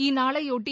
இந்நாளையொட்டி